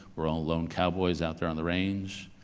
we're all lone cowboys out there on the range.